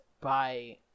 by-